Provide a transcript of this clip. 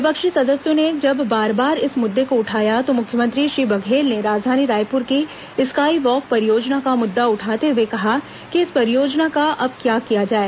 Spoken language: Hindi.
विपक्षी सदस्यों ने जब बार बार इस मुद्दे को उठाया तो मुख्यमंत्री श्री बघेल ने राजधानी रायपुर की स्काई वाक परियोजना का मुद्दा उठाते हुए कहा कि इस परियोजना का अब क्या किया जाए